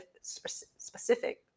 specific